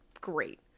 great